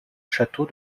château